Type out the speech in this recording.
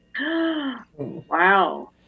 Wow